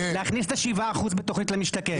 להכניס את ה-7% בתוכנית למשתכן,